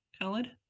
Khaled